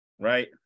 Right